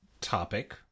topic